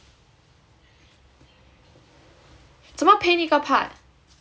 怎么 paint 一个 part